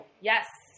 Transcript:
Yes